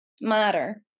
matter